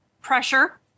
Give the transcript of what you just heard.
pressure